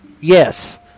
yes